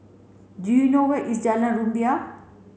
do you know where is Jalan Rumbia